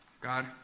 God